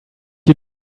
you